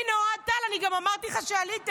הינה, אוהד טל, גם אמרתי לך כשעלית,